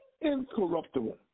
incorruptible